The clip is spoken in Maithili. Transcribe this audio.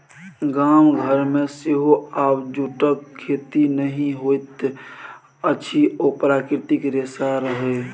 गाम घरमे सेहो आब जूटक खेती नहि होइत अछि ओ प्राकृतिक रेशा रहय